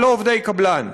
ולא עובדי קבלן.